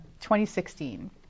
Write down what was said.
2016